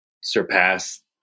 surpass